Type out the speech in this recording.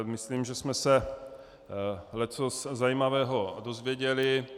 Myslím, že jsme se leccos zajímavého dozvěděli.